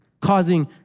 causing